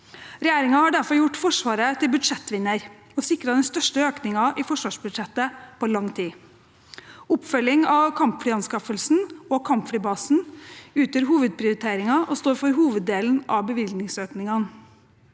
Regjeringen har derforgjortForsvaret tilbudsjettvinner og sikret den største økningen i forsvarsbudsjettet på lang tid. Oppfølging av kampflyanskaffelsen og kampflybasen utgjør hovedprioriteringen og står for hoveddelen av bevilgningsøkningene.